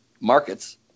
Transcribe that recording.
markets